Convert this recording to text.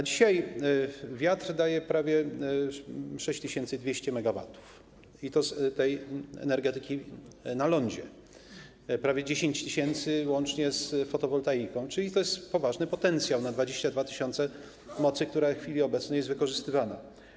Dzisiaj wiatr daje prawie 6200 MW i to z energetyki na lądzie, prawie 10 tys. łącznie z fotowoltaiką, czyli to jest poważny potencjał - 22 tys. mocy, która w chwili obecnej jest wykorzystywana.